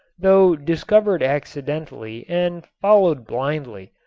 though discovered accidentally and followed blindly,